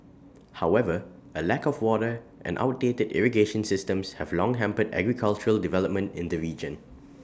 however A lack of water and outdated irrigation systems have long hampered agricultural development in the region